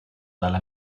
dalla